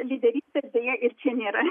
lyderystės deja ir čia nėra